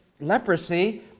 leprosy